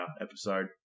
episode